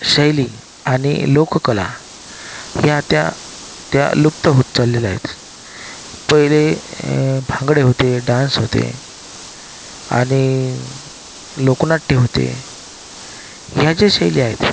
शैली आणि लोककला या त्या त्या लुप्त होत चाललेल्या आहेत पहिले भांगडे होते डान्स होते आणि लोकनाट्य होते या ज्या शैली आहेत